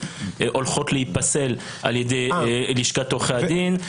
הולכות להיפסל על ידי לשכת עורכי הדין.